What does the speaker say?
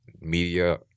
media